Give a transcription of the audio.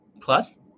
plus